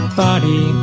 body